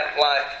life